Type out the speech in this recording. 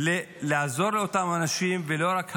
איך לעזור לאותם אנשים, ולא רק הריסות.